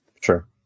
Sure